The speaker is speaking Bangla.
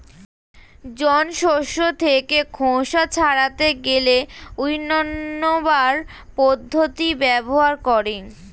জন শস্য থেকে খোসা ছাড়াতে গেলে উইন্নবার পদ্ধতি ব্যবহার করে